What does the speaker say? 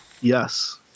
Yes